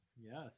Yes